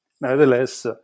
Nevertheless